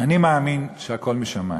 אני מאמין שהכול משמים,